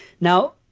Now